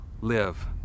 live